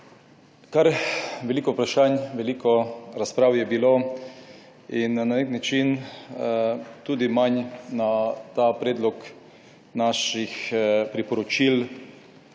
Kar veliko vprašanj, veliko razprav je bilo in na nek način tudi manj na ta predlog naših priporočil